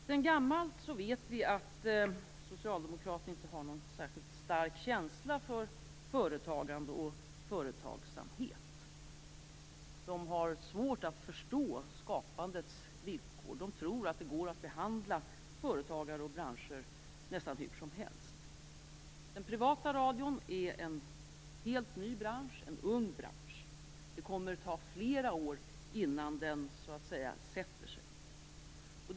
Sedan gammalt vet vi att Socialdemokraterna inte har någon särskilt stark känsla för företagande och företagsamhet. De har svårt att förstå skapandets villkor. De tror att det går att behandla företagare och branscher nästan hur som helst. Den privata radion är en helt ny bransch, en ung bransch. Det kommer att ta flera år innan den så att säga sätter sig.